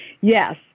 Yes